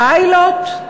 פיילוט?